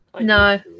no